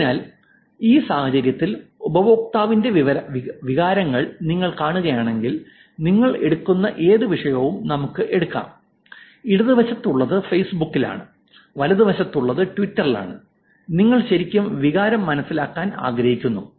അതിനാൽ ഈ സാഹചര്യത്തിൽ ഉപയോക്താവിന്റെ വികാരങ്ങൾ നിങ്ങൾ കാണുകയാണെങ്കിൽ നിങ്ങൾ എടുക്കുന്ന ഏത് വിഷയവും നമുക്ക് എടുക്കാം ഇടതുവശത്തുള്ളത് ഫേസ്ബുക്കിലാണ് വലതുവശത്തുള്ളത് ട്വിറ്ററിലാണ് നിങ്ങൾ ശരിക്കും വികാരം മനസ്സിലാക്കാൻ ആഗ്രഹിക്കുന്നു